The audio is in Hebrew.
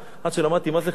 עד שלמדתי מה זה "חיבס"